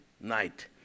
night